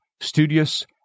studious